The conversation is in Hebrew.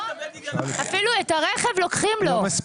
אפילו את הרכב לוקחים לו.